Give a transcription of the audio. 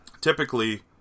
typically